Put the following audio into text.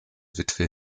witwe